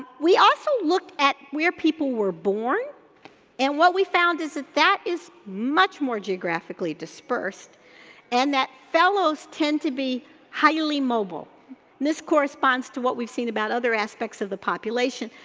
we also looked at where people were born and what we found is that that is much more geographically dispersed and that fellows tend to be highly mobile and this corresponds to what we've seen about other aspects of the population,